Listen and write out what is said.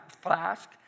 flask